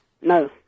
No